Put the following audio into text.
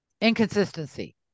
inconsistency